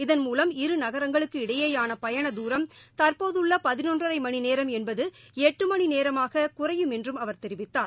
இதன் மூலம் இரு நகரங்களுக் கு இடையேயான பயண தூர் ம் தற் போதுள்ள பதி னொன்றனரை மணி நேரம் என்பது எட்டு மணி நேரமாக குறைய மல் என்று அவால் தொிவித்தாால்